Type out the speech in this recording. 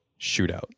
shootout